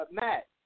Matt